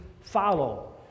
follow